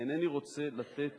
אינני רוצה לתת